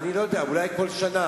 אני לא יודע, אולי כל שנה.